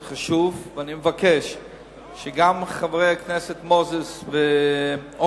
זה חשוב, ואני מבקש שגם חברי הכנסת מוזס ואורבך